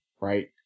right